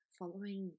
following